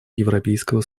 европейского